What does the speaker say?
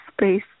space